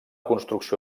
construcció